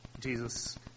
Jesus